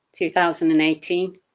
2018